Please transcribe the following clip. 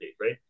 right